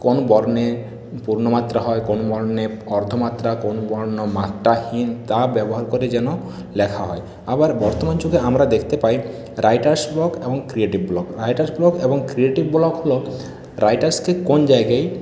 কোন বর্ণে পূর্ণমাত্রা হয় কোন বর্ণে অর্ধমাত্রা কোন বর্ণ মাত্রাহীন তা ব্যবহার করে যেন লেখা হয় আবার বর্তমান যুগে আমরা দেখতে পাই রাইটার্স ব্লক এবং ক্রিয়েটিভ ব্লক রাইটার্স ব্লক এবং ক্রিয়েটিভ ব্লক হল রাইটার্সকে কোন জায়গায়